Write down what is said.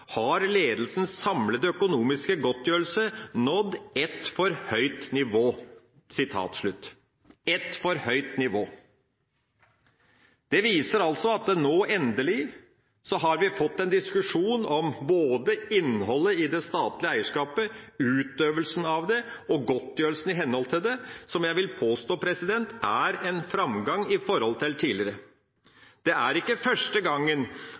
har ledelsens samlede økonomiske godtgjørelse nådd et for høyt nivå» – et for høyt nivå. Det viser altså at vi nå endelig har fått en diskusjon om både innholdet i det statlige eierskapet, utøvelsen av det og godtgjørelsen i henhold til det, som jeg vil påstå er en framgang i forhold til tidligere. Det er ikke første gangen